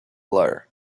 blur